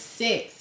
six